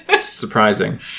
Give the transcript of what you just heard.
surprising